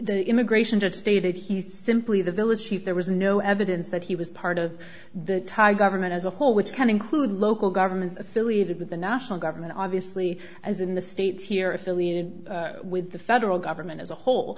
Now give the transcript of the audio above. the immigration judge stated he's simply the village chief there was no evidence that he was part of the thai government as a whole which can include local governments affiliated with the national government obviously as in the states here affiliated with the federal government as a whole